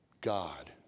God